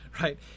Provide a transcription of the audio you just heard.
right